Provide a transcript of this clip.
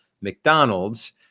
McDonald's